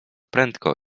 prędko